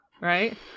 Right